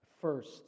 First